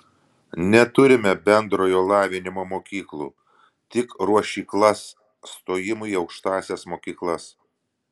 neturime bendrojo lavinimo mokyklų tik ruošyklas stojimui į aukštąsias mokyklas